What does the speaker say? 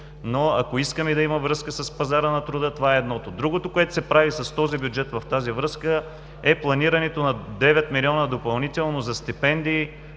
но ако искаме да има връзка с пазара на труда, това е едното. Другото, което се прави с този бюджет в тази връзка, е планирането на 9 млн. лв. допълнително за стипендии